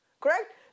Correct